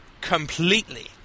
completely